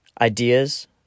ideas